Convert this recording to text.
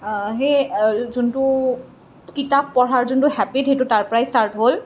সেই যোনটো কিতাপ পঢ়াৰ যোনটো হেবিট সেইটো তাৰ পৰাই ষ্টাৰ্ট হ'ল